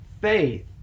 faith